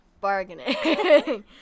Bargaining